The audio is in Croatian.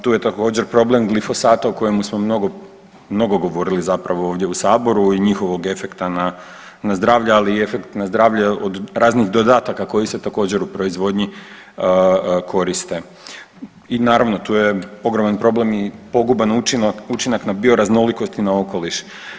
Tu je također problem glifosata o kojemu smo mnogo govorili zapravo ovdje u saboru i njihovog efekta na zdravlje, ali efekt na zdravlje od raznih dodataka koji se također u proizvodnji koriste i naravno tu je ogroman problem i poguban učinak na bioraznolikost i na okoliš.